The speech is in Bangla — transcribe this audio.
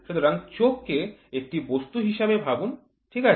সুতরাং চোখ কে একটি বস্তু হিসাবে ভাবুন ঠিক আছে